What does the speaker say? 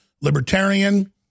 libertarian